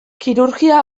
kirurgia